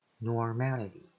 Normality